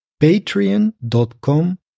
patreon.com